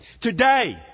Today